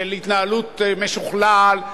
משוכלל,